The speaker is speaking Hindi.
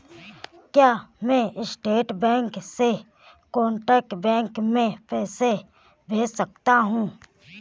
क्या मैं स्टेट बैंक से कोटक बैंक में पैसे भेज सकता हूँ?